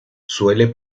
suele